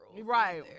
Right